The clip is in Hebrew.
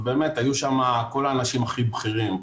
ובאמת היו שם כל האנשים הכי בכירים,